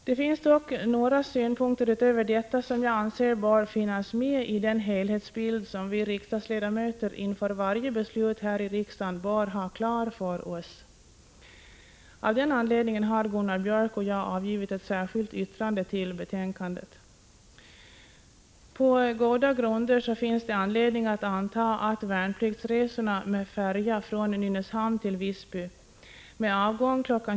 Det finns dock några synpunkter utöver detta som jag anser bör finnas med i den helhetsbild som vi riksdagsledamöter inför varje beslut här i riksdagen bör ha klar för oss. Av den anledningen har Gunnar Björk i Gävle och jag avgivit ett särskilt yttrande till betänkandet. På goda grunder finns det skäl att anta att värnpliktsresorna med färja från Nynäshamn till Visby med avgång kl.